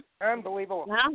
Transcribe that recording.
unbelievable